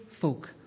folk